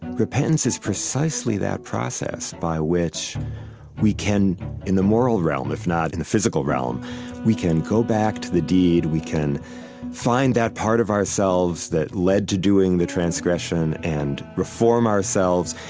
repentance is precisely that process by which we can in the moral realm, if not in the physical realm we can go back to the deed, we can find that part of ourselves that led to doing the transgression, and reform ourselves.